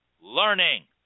learning